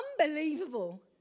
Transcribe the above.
unbelievable